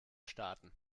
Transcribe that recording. starten